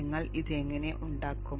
നിങ്ങൾ അത് എങ്ങനെ ഉണ്ടാക്കും